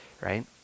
right